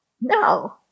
No